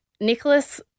Nicholas